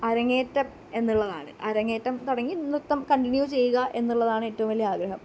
അരങ്ങേറ്റം എന്നുള്ളതാണ് അരങ്ങേറ്റം തുടങ്ങി നൃത്തം കണ്ടിന്യൂ ചെയ്യുക എന്നുള്ളതാണ് ഏറ്റവും വലിയ ആഗ്രഹം